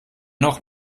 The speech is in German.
noch